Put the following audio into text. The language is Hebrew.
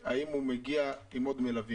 ובסוף מי שסובל הם אזרחי ישראל.